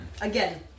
Again